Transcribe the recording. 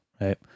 right